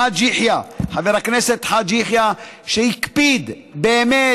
לחאג' יחיא, חבר הכנסת חאג' יחיא, שהקפיד באמת